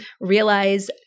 realize